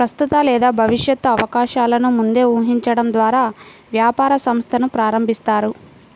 ప్రస్తుత లేదా భవిష్యత్తు అవకాశాలను ముందే ఊహించడం ద్వారా వ్యాపార సంస్థను ప్రారంభిస్తారు